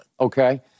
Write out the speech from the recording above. Okay